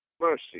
Mercy